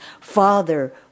father